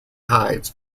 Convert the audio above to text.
tides